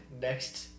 next